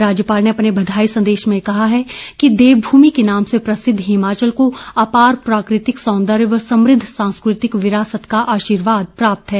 राज्यपाल ने अपने बधाई संदेश में कहा है कि देवभूमि के नाम से प्रसिद्व हिमाचल को आपार प्राकृतिक सौंदर्य व समृद्ध सांस्कृतिक विरासत का आर्शीवाद प्राप्त है